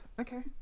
Okay